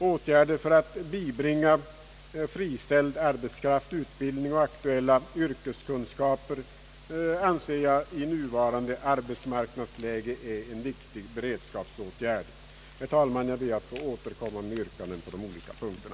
Åtgärder för att bibringa friställd arbetskraft utbildning och aktuella yr keskunskaper är i nuvarande arbetsmarknadsläge en viktig beredskapsåtgärd. Herr talman! Jag ber att få återkomma med yrkanden på de olika punkterna.